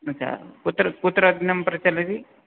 कुत्र अध्ययनं प्रचलति